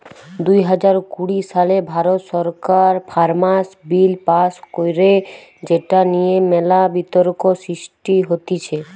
দুই হাজার কুড়ি সালে ভারত সরকার ফার্মার্স বিল পাস্ কইরে যেটা নিয়ে মেলা বিতর্ক সৃষ্টি হতিছে